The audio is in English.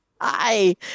Hi